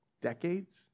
Decades